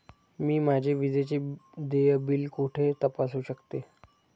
मी माझे विजेचे देय बिल कुठे तपासू शकते?